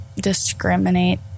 discriminate